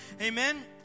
amen